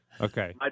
Okay